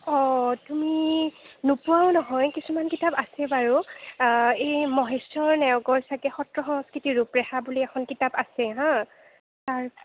অঁ তুমি নোপোৱাও নহয় কিছুমান কিতাপ আছে বাৰু এই মহেশ্বৰ নেওগৰ চাগে সত্ৰ সংস্কৃতিৰ ৰূপৰেখা বুলি এখন কিতাপ আছে হাঁ